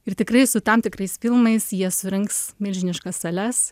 ir tikrai su tam tikrais filmais jie surinks milžiniškas sales